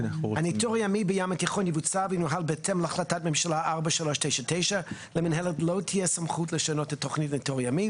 הניטור בים התיכון יבוצע וינוהל בהתאם להחלטת ממשלה 4399. למינהלת לא תהיה סמכות לשנות את תוכנית הניטור הימי.